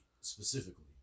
specifically